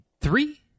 three